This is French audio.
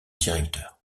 directeur